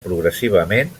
progressivament